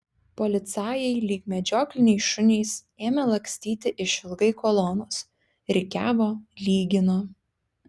policajai lyg medžiokliniai šunys ėmė lakstyti išilgai kolonos rikiavo lygino